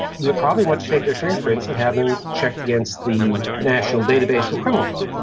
you would probably want to take their fingerprints and have them checked against the national database of criminals.